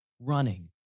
running